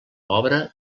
obra